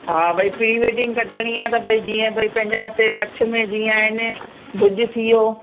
हा भई प्रीवेडिंग त कढिणी आहे त भई जीअं भई पंहिंंजा हिते कच्छ में जीअं आहिनि भुॼ थी वियो